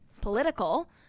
political